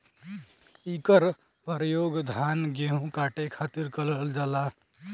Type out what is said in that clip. इकर परयोग धान गेहू काटे खातिर करल जाला